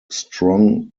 strong